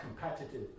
competitive